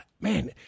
Man